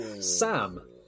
Sam